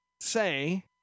say